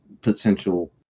potential